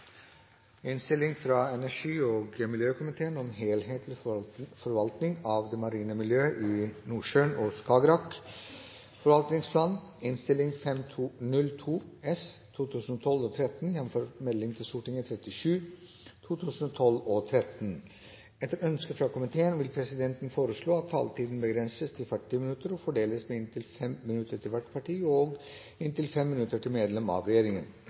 innstilling, men det er greit. Flere har ikke bedt om ordet til sak nr. 11. Etter ønske fra familie- og kulturkomiteen vil presidenten foreslå at taletiden begrenses til 40 minutter og fordeles med inntil 5 minutter til hvert parti og inntil 5 minutter til medlem av regjeringen.